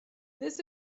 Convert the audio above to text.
this